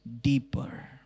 deeper